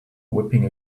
whipping